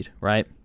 right